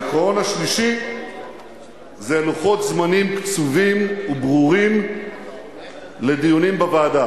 העיקרון השלישי זה לוחות זמנים קצובים וברורים לדיונים בוועדה.